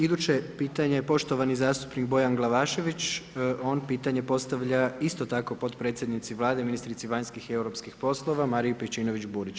Iduće pitanje, poštovani zastupnik Bojan Glavašević, on pitanje postavlja isto tako, potpredsjednici Vlade, ministrici vanjskih i europskih poslova Mariji Pejčinović Burić.